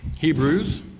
Hebrews